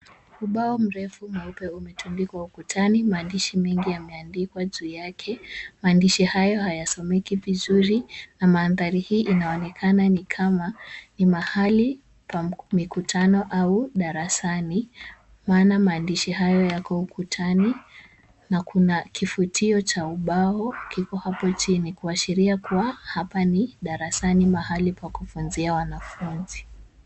Ubao mrefu mweupe umetundikwa ukutani. Maandishi mengi yameandikwa juu yake. Maandishi haya hayasomeki vizuri na mandhari hii inaonekana ni kama ni mahali pa mikutano au darasani maana maandishi hayo yako ukutani na kuna kifutio cha ubao kiko hapo chini kuashiria kuwa hapa ni darasani mahali pa kufunzia wanafunzi.